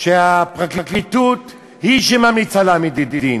שהפרקליטות היא שממליצה להעמיד לדין.